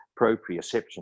proprioception